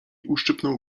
uszczypnął